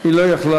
היא לא יכלה.